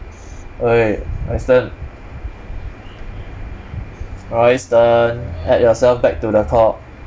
!oi! royston royston add yourself back to the call